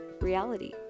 reality